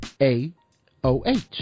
A-O-H